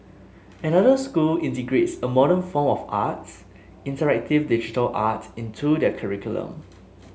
another school integrates a modern form of art interactive digital art into their curriculum